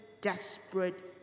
desperate